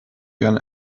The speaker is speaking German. ihren